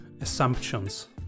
assumptions